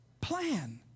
plan